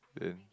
then